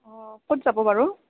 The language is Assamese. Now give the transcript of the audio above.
অ ক'ত যাব বাৰু